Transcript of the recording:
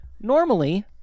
Normally